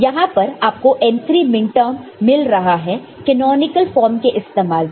यहां पर आपको m3 मिनटर्म मिल रहा है कैनॉनिकल फॉर्म के इस्तेमाल से